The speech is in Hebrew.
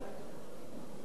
האוכלוסייה הערבית,